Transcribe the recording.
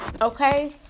okay